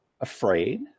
afraid